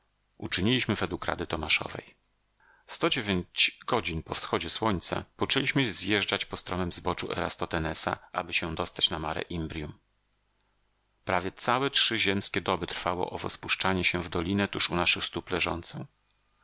uczyniliśmy według rady tomaszowej w sto dziewięć godzin po wschodzie słońca poczęliśmy zjeżdżać po stromem zboczu eratosthenesa aby się dostać na mare imbrium prawie całe trzy ziemskie doby trwało owo spuszczanie się w dolinę tuż u naszych stóp leżącą